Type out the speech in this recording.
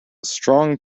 strong